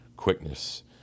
quickness